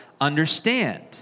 understand